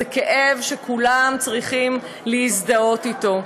זה כאב שכולם צריכים להזדהות אתו.